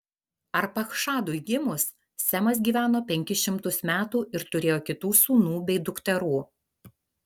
arpachšadui gimus semas gyveno penkis šimtus metų ir turėjo kitų sūnų bei dukterų